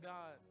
God